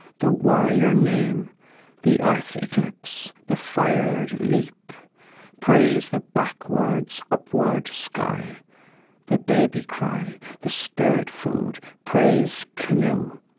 the warrior name the earth eclipse, the fired leap praise the backwards, upward sky the baby cry, the spirit food praise canoe,